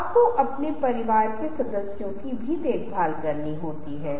आप किसी चीज को हल्के से छू सकते हैं